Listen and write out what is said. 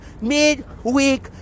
midweek